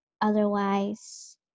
Otherwise